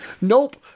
Nope